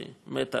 שמתה